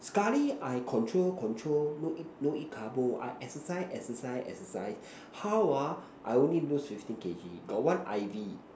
sekali I control control no eat no eat carbo I exercise exercise exercise how ah I only lose fifteen kg got one I V